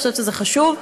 אני חושבת שזה חשוב,